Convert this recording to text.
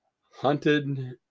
Hunted